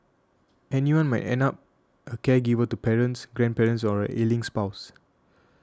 anyone might end up a caregiver to parents grandparents or an ailing spouse